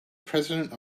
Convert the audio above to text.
president